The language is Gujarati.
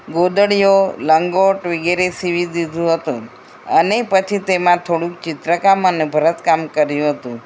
ગોદડીઓ લંગોટ વગેરે સિવી દીધું હતું અને પછી તેમાં થોડું ચિત્રકામ અને ભરત કામ કર્યું હતું